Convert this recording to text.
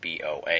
BOA